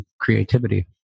creativity